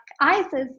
isis